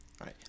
right